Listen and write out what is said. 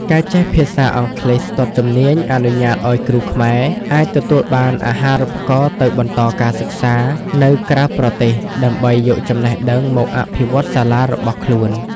ការចេះភាសាអង់គ្លេសស្ទាត់ជំនាញអនុញ្ញាតឱ្យគ្រូខ្មែរអាចទទួលបានអាហារូបករណ៍ទៅបន្តការសិក្សានៅក្រៅប្រទេស ដើម្បីយកចំណេះដឹងមកអភិវឌ្ឍសាលារបស់ខ្លួន។